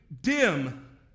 dim